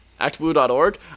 Actblue.org